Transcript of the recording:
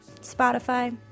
Spotify